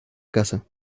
casa